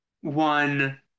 one